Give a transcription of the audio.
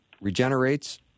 regenerates